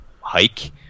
hike